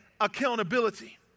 accountability